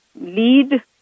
lead